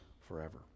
forever